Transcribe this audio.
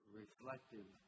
reflective